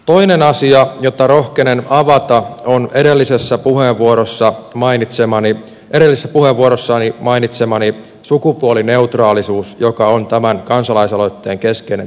toinen asia jota rohkenen avata on edellisessä puheenvuorossani mainitsemani sukupuolineutraalisuus joka on tämän kansalaisaloitteen keskeinen taustafilosofia